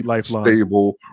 stable